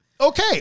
Okay